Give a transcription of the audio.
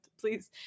please